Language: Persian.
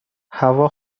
هوا